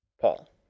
Paul